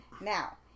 Now